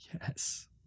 yes